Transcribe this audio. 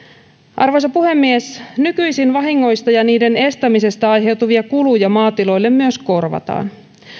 arvoisa puhemies nykyisin vahingoista ja niiden estämisestä aiheutuvia kuluja maatiloille myös korvataan